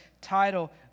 title